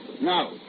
No